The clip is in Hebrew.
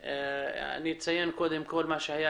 היום אציין קודם כל מה שהיה